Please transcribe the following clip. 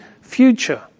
future